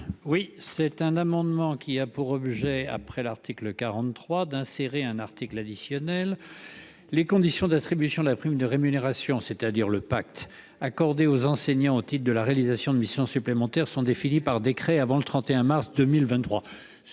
Oui, c'est un amendement qui a pour objet après l'article 43 d'insérer un article additionnel, les conditions d'attribution de la prime de rémunération, c'est-à-dire le pacte accordée aux enseignants, au titre de la réalisation de missions supplémentaires sont définies par décret avant le 31 mars 2023